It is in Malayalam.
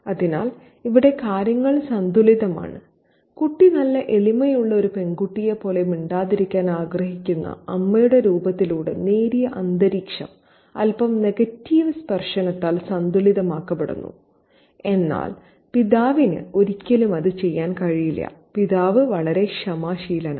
അതിനാൽ ഇവിടെ കാര്യങ്ങൾ സന്തുലിതമാണ് കുട്ടി നല്ല എളിമയുള്ള ഒരു പെൺകുട്ടിയെപ്പോലെ മിണ്ടാതിരിക്കാൻ ആഗ്രഹിക്കുന്ന അമ്മയുടെ രൂപത്തിലൂടെ നേരിയ അന്തരീക്ഷം അല്പം നെഗറ്റീവ് സ്പർശനത്താൽ സന്തുലിതമാക്കപ്പെടുന്നു എന്നാൽ പിതാവിന് ഒരിക്കലും അത് ചെയ്യാൻ കഴിയില്ല പിതാവ് വളരെ ക്ഷമാശീലനാണ്